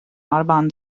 audubon